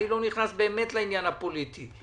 אני לא נכנס לעניין הפוליטי.